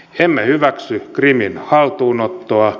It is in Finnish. emme hyväksy krimin haltuunottoa